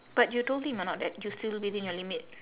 but you told him or not that you still within your limit